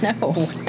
No